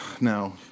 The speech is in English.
No